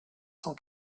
cent